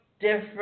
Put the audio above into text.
different